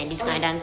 okay